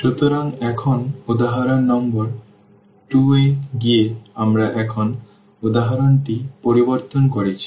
সুতরাং এখন উদাহরণ নম্বর 2 এ গিয়ে আমরা এখন উদাহরণটি পরিবর্তন করেছি